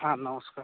ହଁ ନମସ୍କାର